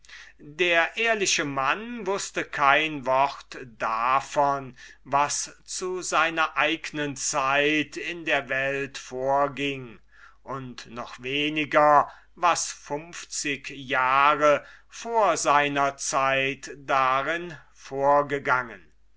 der ehrliche mann wußte kein wort davon was zu seiner eignen zeit in der welt vorging und noch weniger was fünfzig jahre vor seiner zeit darin vorgegangen